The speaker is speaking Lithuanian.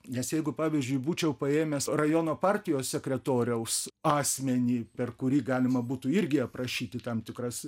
nes jeigu pavyzdžiui būčiau paėmęs rajono partijos sekretoriaus asmenį per kurį galima būtų irgi aprašyti tam tikras